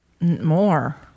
More